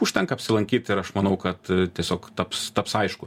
užtenka apsilankyt ir aš manau kad tiesiog taps taps aišku